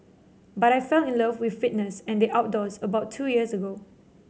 but I fell in love with fitness and the outdoors about two years ago